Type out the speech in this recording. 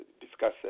discuss